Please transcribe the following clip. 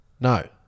No